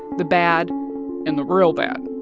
the bad and the real bad.